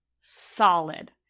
solid